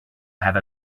have